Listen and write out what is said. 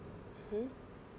mmhmm